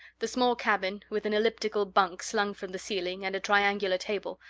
the small cabin, with an elliptical bunk slung from the ceiling and a triangular table,